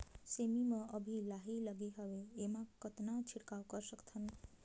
सेमी म अभी लाही लगे हवे एमा कतना छिड़काव कर सकथन?